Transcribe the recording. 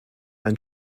ein